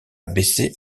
baissé